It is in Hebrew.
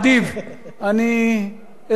אני אסתדר, תודה.